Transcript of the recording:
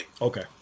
Okay